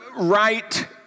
right